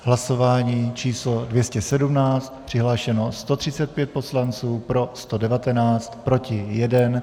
V hlasování číslo 217 přihlášeno 135 poslanců, pro 119, proti 1.